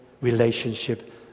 relationship